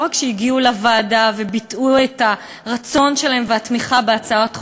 לא רק שהגיעו לוועדה וביטאו את הרצון שלהם והתמיכה בהצעת חוק,